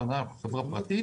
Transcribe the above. אנחנו חברה פרטית.